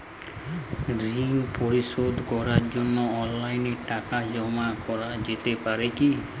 ঋন পরিশোধ করার জন্য অনলাইন টাকা জমা করা যেতে পারে কি?